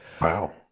Wow